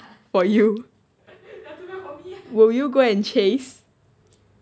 for you will you go and chase